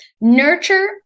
nurture